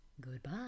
goodbye